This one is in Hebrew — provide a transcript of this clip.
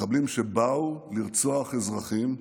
מחבלים באו לרצוח אזרחים,